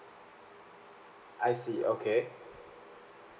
I see okay